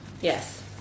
Yes